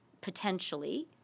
potentially